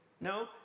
No